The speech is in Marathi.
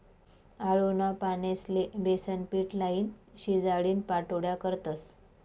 आळूना पानेस्ले बेसनपीट लाईन, शिजाडीन पाट्योड्या करतस